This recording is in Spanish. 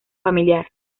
familiar